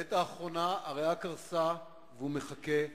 בעת האחרונה הריאה קרסה והוא מחכה לריאה.